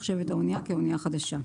נחשבת האנייה כאנייה חדשה.